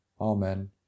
Amen